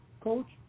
Coach